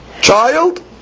child